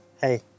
Hey